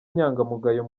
inyangamugayo